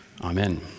amen